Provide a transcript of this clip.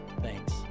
Thanks